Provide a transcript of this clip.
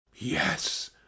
yes